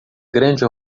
grande